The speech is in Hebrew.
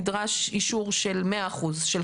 נדרש אישור של 100 אחוזים,